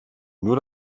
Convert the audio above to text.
nur